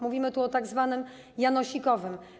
Mówimy tu o tzw. janosikowym.